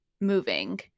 moving